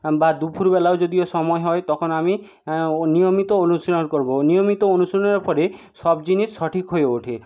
বা দুপুরবেলাও যদি সময় হয় তখন আমি নিয়মিত অনুশীলন করব নিয়মিত অনুশীলন করে সব জিনিস সঠিক হয়ে ওঠে